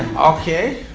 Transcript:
okay.